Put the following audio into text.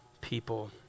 people